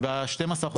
ב-12 החודשים האחרונים.